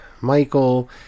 Michael